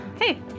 Hey